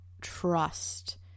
trust